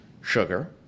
sugar